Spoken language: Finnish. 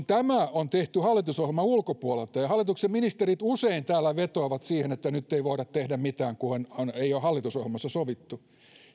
tämä on tehty hallitusohjelman ulkopuolelta ja ja hallituksen ministerit usein täällä vetoavat siihen että nyt ei voida tehdä mitään kun ei ole hallitusohjelmassa sovittu